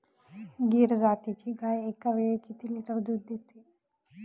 गीर जातीची गाय एकावेळी किती लिटर दूध देते?